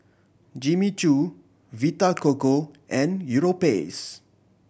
Jimmy Choo Vita Coco and Europace